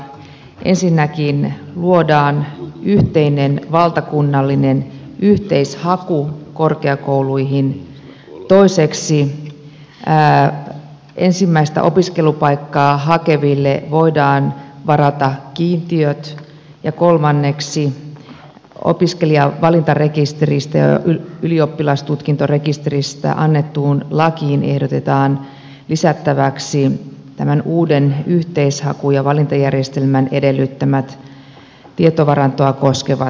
ensinnäkin luodaan yhteinen valtakunnallinen yhteishaku korkeakouluihin toiseksi ensimmäistä opiskelupaikkaa hakeville voidaan varata kiintiöt ja kolmanneksi opiskelijavalintarekisteristä ja ylioppilastutkintorekisteristä annettuun lakiin ehdotetaan lisättäväksi tämän uuden yhteishaku ja valintajärjestelmän edellyttämät tietovarantoa koskevat säännökset